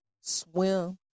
swim